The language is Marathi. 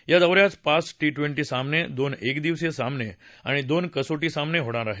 या दौन्यात पाच टी ट्वेंटी सामने दोन एकदिवसीय सामने आणि दोन कसोटी सामने होणार आहेत